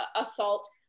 assault